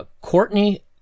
Courtney